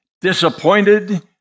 disappointed